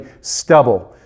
stubble